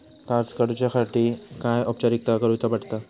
कर्ज काडुच्यासाठी काय औपचारिकता करुचा पडता?